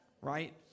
Right